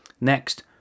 next